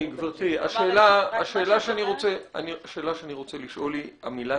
גברתי, השאלה שאני רוצה לשאול היא המילה